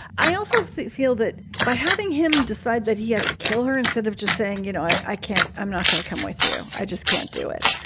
i also feel that by having him decide that he has to kill her instead of just saying, you know, i can't i'm not going to come with you. i just can't do it.